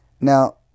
Now